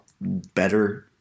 better